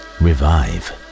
revive